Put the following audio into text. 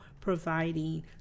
providing